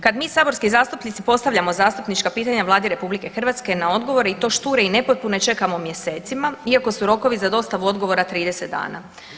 Kad mi saborski zastupnici postavljamo zastupnička pitanja Vladi Republike Hrvatske na odgovore i to šture i nepotpune čekamo mjesecima, iako su rokovi za dostavu odgovora 30 dana.